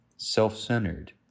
self-centered